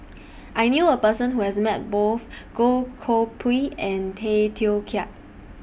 I knew A Person Who has Met Both Goh Koh Pui and Tay Teow Kiat